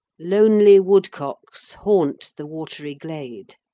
lonely woodcocks haunt the watery glade